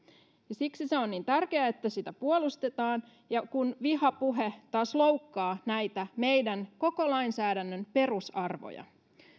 siksi on niin tärkeää että sitä puolustetaan kun vihapuhe taas loukkaa näitä meidän koko lainsäädännön perusarvoja